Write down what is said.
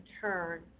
turn